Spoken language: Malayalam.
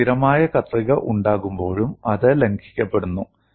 എനിക്ക് സ്ഥിരമായ കത്രിക ഉണ്ടാകുമ്പോഴും അത് ലംഘിക്കപ്പെടുന്നു